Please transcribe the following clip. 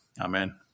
Amen